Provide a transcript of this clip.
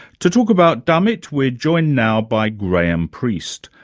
to talk about dummett we're joined now by graham priest,